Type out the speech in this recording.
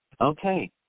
Okay